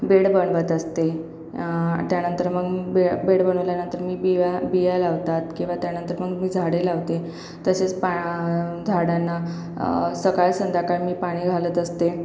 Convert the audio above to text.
bed बनवत असते त्यानंतर मग बे बेड बनवल्यानंतर मी बिया बिया लावतात किंवा त्यानंतर मग मी झाडे लावते तसेच पा झाडांना सकाळ संध्याकाळ मी पाणी घालत असते